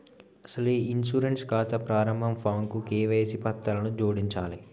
అసలు ఈ ఇన్సూరెన్స్ ఖాతా ప్రారంభ ఫాంకు కేవైసీ పత్రాలను జోడించాలి